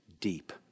deep